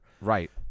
right